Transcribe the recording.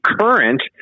current